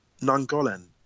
Nangolen